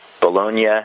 Bologna